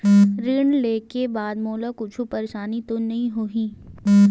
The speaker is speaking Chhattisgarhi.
ऋण लेके बाद मोला कुछु परेशानी तो नहीं होही?